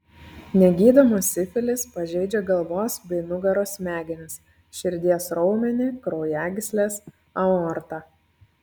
negydomas sifilis pažeidžia galvos bei nugaros smegenis širdies raumenį kraujagysles aortą